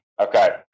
Okay